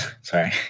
sorry